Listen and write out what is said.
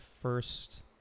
first